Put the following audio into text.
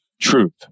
truth